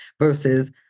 versus